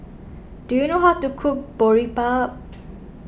do you know how to cook Boribap